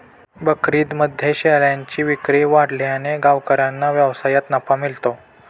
बकरीदमध्ये शेळ्यांची विक्री वाढल्याने गावकऱ्यांना व्यवसायात नफा मिळतो